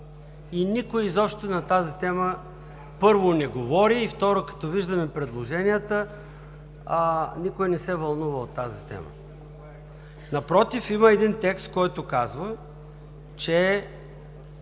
никой изобщо не говори на тази тема и, второ, като виждаме предложенията, никой не се вълнува от тази тема. Напротив, има текст, който казва, че